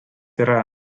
yra